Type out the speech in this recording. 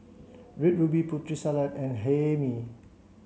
Red Ruby Putri Salad and Hae Mee